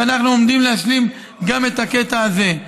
ואנחנו עומדים להשלים גם את הקטע הזה.